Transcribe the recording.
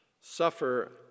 suffer